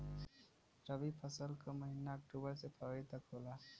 रवी फसल क महिना अक्टूबर से फरवरी तक होला